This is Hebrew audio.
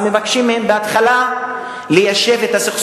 אם זו בועה,